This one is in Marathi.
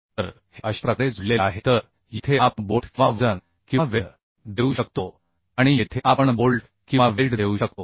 तर हे अशा प्रकारे जोडलेले आहे तर येथे आपण बोल्ट किंवा वजन किंवा वेल्ड देऊ शकतो आणि येथे आपण बोल्ट किंवा वेल्ड देऊ शकतो